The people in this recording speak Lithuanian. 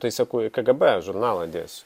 tai sakau į kgb žurnalą dėsiu